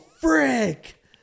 frick